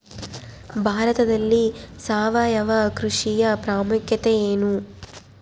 ಭಾರತದಲ್ಲಿ ಸಾವಯವ ಕೃಷಿಯ ಪ್ರಾಮುಖ್ಯತೆ ಎನು?